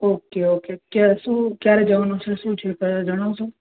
okay okay ક્યાં શું ક્યારે જવાનું છે શું છે પહેલાં જણાવશો